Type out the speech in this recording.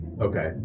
Okay